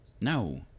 No